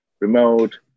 remote